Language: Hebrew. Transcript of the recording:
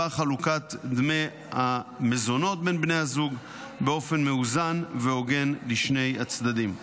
חלוקת דמי המזונות בין בני הזוג באופן מאוזן והוגן לשני הצדדים.